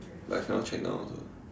but I cannot check now also